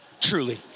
Truly